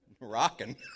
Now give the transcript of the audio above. rocking